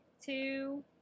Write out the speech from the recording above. Two